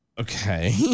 Okay